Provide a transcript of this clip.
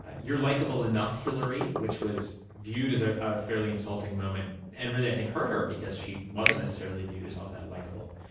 you're likeable enough, hillary which was viewed as a ah fairly fairly insulting moment and really i think hurt her because she wasn't necessarily viewed as all that likeable.